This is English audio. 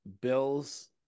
bills